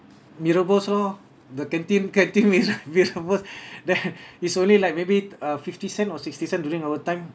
mee rebus lor the canteen canteen mee mee rebus there is only like maybe uh fifty cent or sixty cent during our time